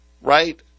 right